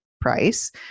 price